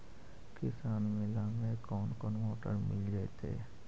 किसान मेला में कोन कोन मोटर मिल जैतै?